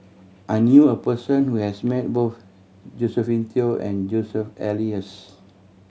I knew a person who has met both Josephine Teo and Joseph Elias